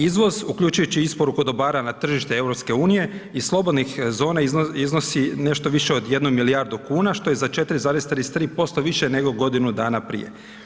Izvoz, uključujući isporuku dobara na tržište EU i slobodnih zona iznosi nešto više od 1 milijardu kuna, što je za 4,33% više nego godinu dana prije.